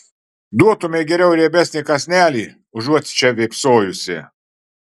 duotumei geriau riebesnį kąsnelį užuot čia vėpsojusi